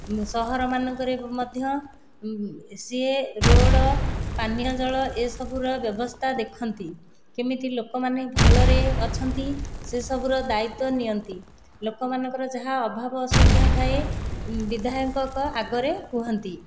ସହର ମାନଙ୍କରେ ମଧ୍ୟ ସିଏ ରୋଡ଼ ପାନୀୟ ଜଳ ଏସବୁର ବ୍ୟବସ୍ଥା ଦେଖନ୍ତି କେମିତି ଲୋକମାନେ ଭଲରେ ଅଛନ୍ତି ସେ ସବୁର ଦାୟିତ୍ୱ ନିଅନ୍ତି ଲୋକମାନଙ୍କର ଯାହା ଅଭାବ ଅସୁବିଧା ଥାଏ ବିଧାୟକଙ୍କ ଆଗରେ କୁହନ୍ତି